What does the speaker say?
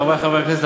חברי חברי הכנסת,